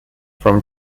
from